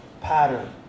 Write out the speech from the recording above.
pattern